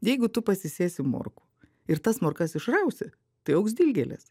jeigu tu pasisėsi morkų ir tas morkas išrausi tai augs dilgėlės